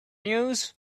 news